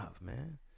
man